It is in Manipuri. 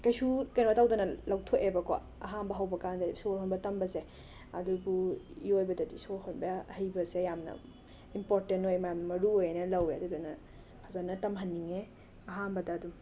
ꯀꯩꯁꯨ ꯀꯩꯅꯣ ꯇꯧꯗꯅ ꯂꯧꯊꯣꯛꯑꯦꯕꯀꯣ ꯑꯍꯥꯝꯕ ꯍꯧꯕꯀꯥꯟꯗꯗꯤ ꯁꯣꯔ ꯍꯣꯟꯕ ꯇꯝꯕꯁꯦ ꯑꯗꯨꯕꯨ ꯏꯔꯣꯏꯕꯗꯗꯤ ꯁꯣꯔ ꯍꯣꯟꯕ ꯍꯩꯕꯁꯦ ꯌꯥꯝꯅ ꯏꯝꯄꯣꯔꯇꯦꯟ ꯑꯣꯏ ꯃꯦꯝ ꯃꯔꯨ ꯑꯣꯏꯌꯦꯅ ꯂꯧꯋꯦ ꯑꯗꯨꯗꯨꯅ ꯐꯖꯟꯅ ꯇꯝꯍꯟꯅꯤꯡꯉꯦ ꯑꯍꯥꯝꯕꯗ ꯑꯗꯨꯝ